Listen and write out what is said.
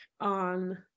on